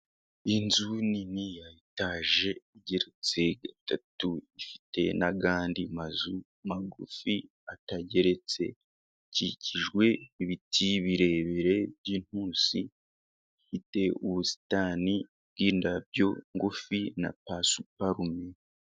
Inzu nini ya etaje igeretse gatatu, ifite y'akandi mazu magufi atageretse, kikijwe n'ibiti birebire by'intusi bifite ubusitani bwindabyo ngufi na pasuparume.